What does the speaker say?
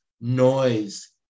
noise